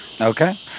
okay